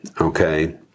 okay